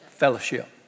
Fellowship